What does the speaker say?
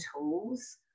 tools